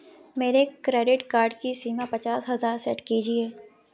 मेरे credit card की सीमा पचास हजार सेट कीजिए